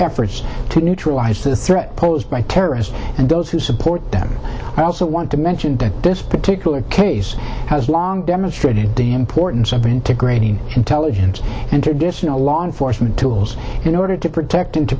efforts to neutralize the threat posed by terrorists and those who support them i also want to mention that this particular case has long demonstrated the importance of integrating intelligence and traditional law enforcement tools in order to protect